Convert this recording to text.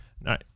Now